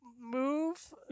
move